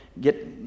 get